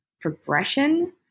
progression